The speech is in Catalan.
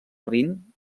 rin